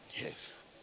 Yes